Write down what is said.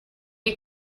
you